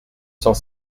cent